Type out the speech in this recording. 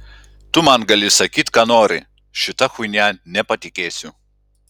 tu man gali sakyt ką nori šita chuinia nepatikėsiu